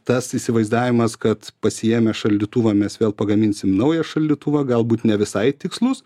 tas įsivaizdavimas kad pasiėmę šaldytuvą mes vėl pagaminsim naują šaldytuvą galbūt ne visai tikslus